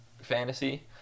fantasy